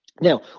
Now